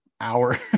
hour